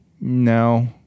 no